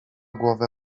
głowę